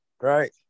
Right